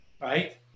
right